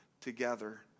together